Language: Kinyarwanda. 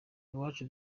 iwacu